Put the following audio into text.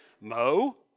Mo